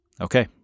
Okay